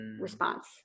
response